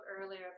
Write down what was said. earlier